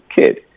kid